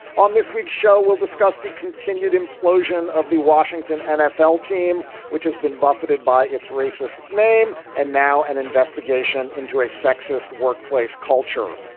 on this week's show, we'll discuss the continued implosion of the washington nfl team, which has been buffeted by its racist name. and now an investigation into a sexist workplace culture.